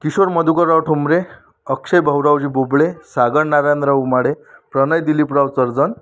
Kishore Madhukarrao Thombre Akshay Bhauraoji Bobale Sagar Narayanrao Umale Pranay Diliprao Charjan